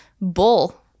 bull